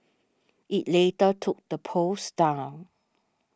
it later took the post down